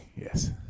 yes